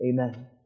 Amen